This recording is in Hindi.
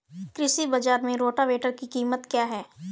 कृषि बाजार में रोटावेटर की कीमत क्या है?